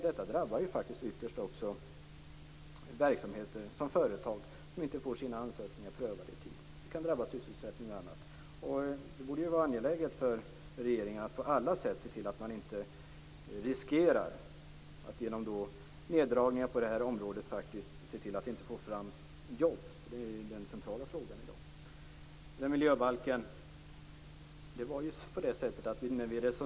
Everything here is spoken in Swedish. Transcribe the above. Detta drabbar ytterst också företag och andra verksamheter som inte får sina ansökningar prövade i tid, och det kan drabba sysselsättningen och annat. Det borde vara angeläget för regeringen att på alla sätt se till att man inte genom neddragningar på det här området riskerar möjligheten att få fram jobb. Det är den centrala frågan i dag.